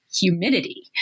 humidity